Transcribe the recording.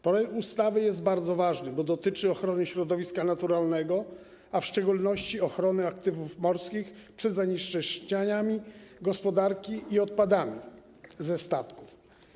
Projekt ustawy jest bardzo ważny, bo dotyczy ochrony środowiska naturalnego, a w szczególności ochrony aktywów morskich przed zanieczyszczeniami gospodarki i odpadami ze statków.